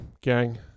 gang